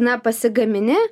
na pasigamini